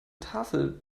tafel